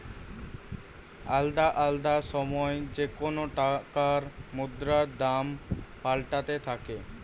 আলদা আলদা সময় যেকোন টাকার মুদ্রার দাম পাল্টাতে থাকে